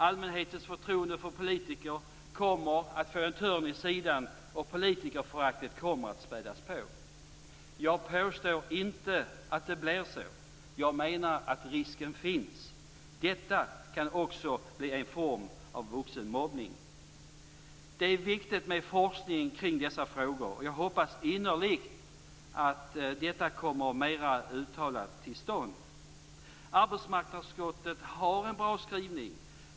Allmänhetens förtroende för politiker kommer att få en törn i sidan, och politikerföraktet kommer att spädas på. Jag påstår inte att det blir så, men jag menar att risken finns. Detta kan också bli en form av vuxenmobbning. Det är viktigt med forskning kring dessa frågor, och jag hoppas innerligt att denna kommer mer uttalat till stånd. Arbetsmarknadsutskottet har en bra skrivning.